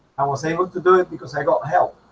i was able to do it because i got help